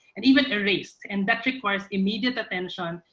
and even erased. and that requires immediate attention,